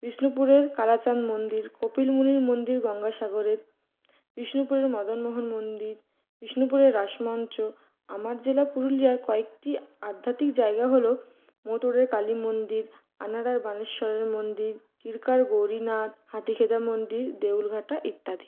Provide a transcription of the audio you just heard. বিষ্ণুপুরের কালাচাঁদ মন্দির কপিল মুনির মন্দির গঙ্গাসাগরের বিষ্ণুপুরের মদনমোহন মন্দির বিষ্ণুপুরের রাসমঞ্চ আমার জেলা পুরুলিয়ার কয়েকটি আধ্যাত্মিক জায়গা হল মৌতড়ের কালীমন্দির আনাড়ার বানেশ্বরের মন্দির কিরকার গৌরীনাথ হাতিখেদা মন্দির দেউলঘাটা ইত্যাদি